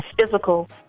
physical